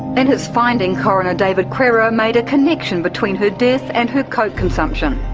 in his finding, coroner david crerar made a connection between her death and her coke consumption.